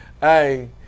hey